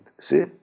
see